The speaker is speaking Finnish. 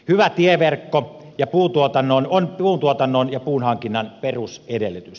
hyvä tieverkko on puuntuotannon ja puunhankinnan perusedellytys